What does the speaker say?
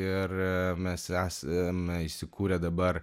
ir mes esame įsikūrę dabar